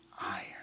iron